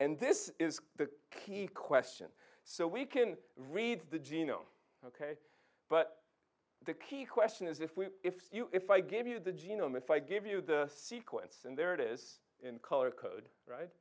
and this is the key question so we can read the genome ok but the key question is if we if you if i gave you the genome if i gave you the sequence and there it is in color code